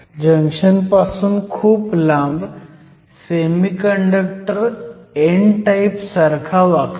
junction पासून खूप लांब सेमीकंडक्टर n टाईप सारखा वागतो